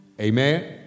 Amen